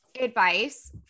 advice